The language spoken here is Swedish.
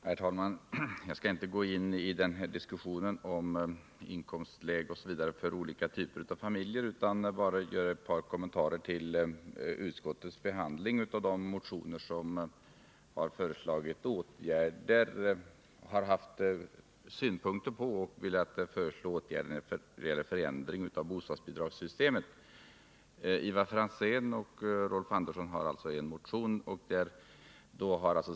Herr talman! Jag skall inte gå in i diskussionen om inkomstläget osv. för olika typer av familjer utan skall bara göra ett par kommentarer till utskottets behandling av de motioner där det framförts synpunkter på bostadsbidragssystemet och förslag till förändring av detta. Ivar Franzén och Rolf Andersson har väckt en motion i ärendet.